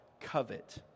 covet